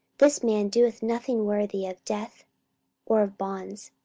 this man doeth nothing worthy of death or of bonds.